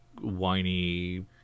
whiny